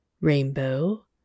Rainbow